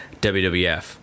WWF